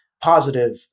positive